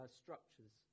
structures